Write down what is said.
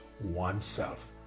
oneself